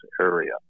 area